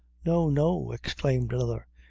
no, no, exclaimed another,